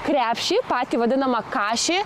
krepšį patį vadinamą kašį